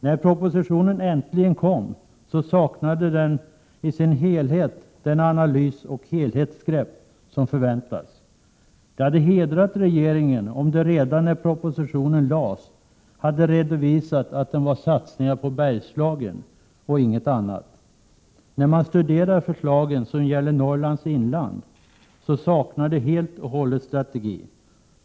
När propositionen äntligen kom, saknade den i sin helhet den analys och det helhetsgrepp som förväntats. Det hade hedrat regeringen om den redan när propositionen lades hade redovisat att den innebar satsningar på Bergslagen och inget annat. När man studerar förslagen som gäller Norrlands inland finner man att de helt och hållet saknar strategi.